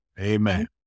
Amen